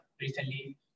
recently